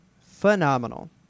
phenomenal